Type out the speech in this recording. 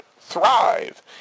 thrive